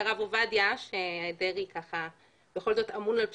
הרב עובדיה, שדרעי בכל זאת אמון על פסיקתו,